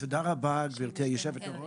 תודה רבה, גברתי יושבת הראש.